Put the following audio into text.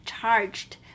charged